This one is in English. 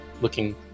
looking